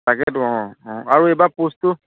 তাকেইতো অ' আৰু এইবাৰ পোষ্টো